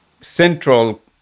central